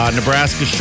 Nebraska